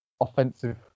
offensive